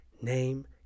Name